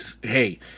Hey